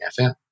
FM